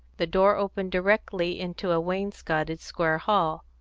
the door opened directly into a wainscoted square hall,